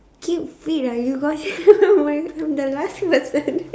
keep fit ah you got see I'm the last person